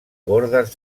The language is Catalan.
bordes